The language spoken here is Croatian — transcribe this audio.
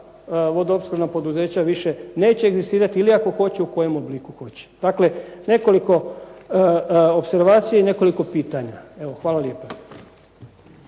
vodoopskrbna poduzeća više ... ili ako hoće u kojem obliku hoće. Dakle, nekoliko opservacija i nekoliko pitanja. Evo hvala lijepo.